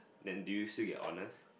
then do you still get honours